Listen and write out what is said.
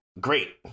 great